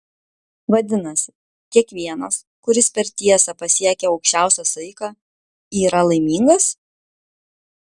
vadinasi kiekvienas kuris per tiesą pasiekia aukščiausią saiką yra laimingas